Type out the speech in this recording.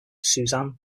suzanne